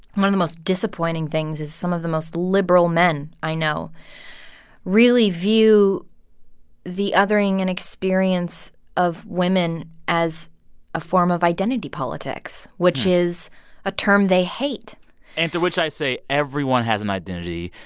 one of the most disappointing things is some of the most liberal men i know really view the othering and experience of women as a form of identity politics, which is a term they hate and to which i say everyone has an identity.